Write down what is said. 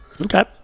Okay